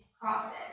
process